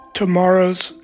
tomorrow's